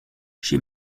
j’ai